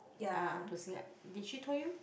ah to Singa~ did she told you